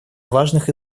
важных